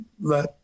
let